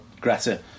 Greta